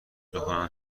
بخونم